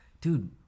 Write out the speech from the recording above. dude